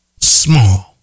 small